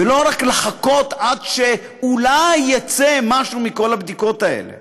ולא רק לחכות עד שאולי יצא משהו מכל הבדיקות האלה.